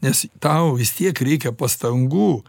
nes tau vis tiek reikia pastangų